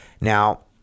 Now